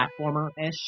platformer-ish